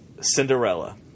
Cinderella